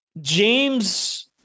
James